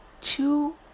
Two